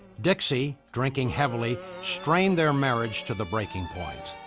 dixie, drinking heavily, strained their marriage to the breaking point.